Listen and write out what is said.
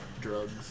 drugs